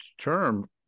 term